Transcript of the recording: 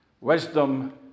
Wisdom